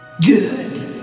Good